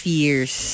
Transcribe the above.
years